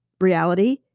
reality